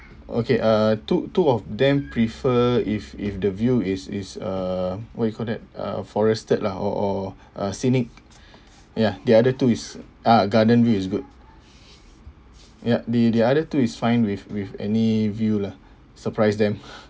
okay uh two two of them prefer if if the view is is uh what you call that uh forested lah or or uh scenic ya the other two is ah garden view is good ya the the other two is fine with with any view lah surprise them